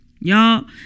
Y'all